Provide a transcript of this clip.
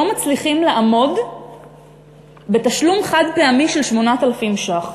מצליחים לעמוד בתשלום חד-פעמי של 800 ש"ח.